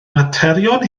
materion